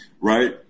right